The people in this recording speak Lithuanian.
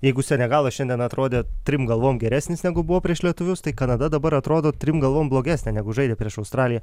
jeigu senegalas šiandien atrodė trim galvom geresnis negu buvo prieš lietuvius tai kanada dabar atrodo trim galvom blogesnė negu žaidė prieš australiją